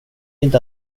inte